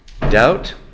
doubt